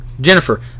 Jennifer